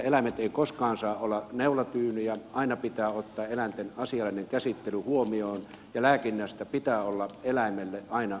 eläimet eivät koskaan saa olla neulatyynyjä aina pitää ottaa eläinten asiallinen käsittely huomioon ja lääkinnästä pitää olla eläimelle aina hyötyä